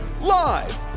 Live